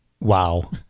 Wow